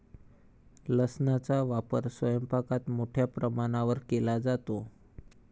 लसणाचा वापर स्वयंपाकात मोठ्या प्रमाणावर केला जातो